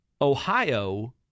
Ohio